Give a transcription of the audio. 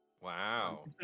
Wow